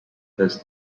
has